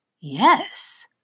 Yes